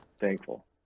thankful